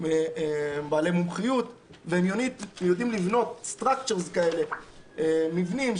בעלי מומחיות והם יודעים לבנות מבנים כאלה של